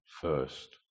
first